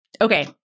Okay